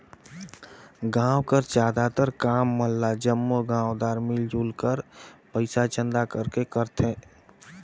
गाँव कर जादातर काम मन ल जम्मो गाँवदार मिलजुल कर पइसा चंदा करके करथे